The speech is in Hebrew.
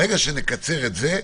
ברגע שנקצר את זה,